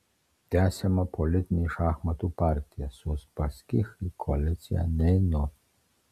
tęsiama politinė šachmatų partija su uspaskich į koaliciją neinu